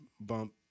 bump